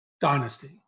Dynasty